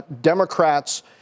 Democrats